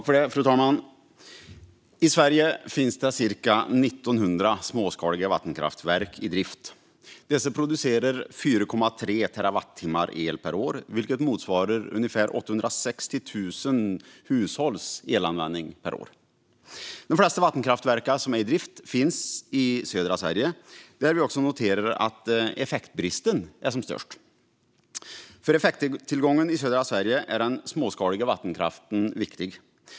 Fru talman! I Sverige finns cirka 1 900 småskaliga vattenkraftverk i drift. Dessa producerar cirka 4,3 terawattimmar el per år, vilket motsvarar 860 000 hushålls elanvändning per år. De flesta vattenkraftverk som är i drift finns i södra Sverige, där vi också noterar att effektbristen är som störst. För effekttillgången i södra Sverige är den småskaliga vattenkraften viktig.